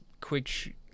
quick